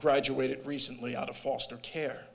graduated recently out of foster care